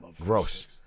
gross